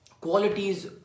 qualities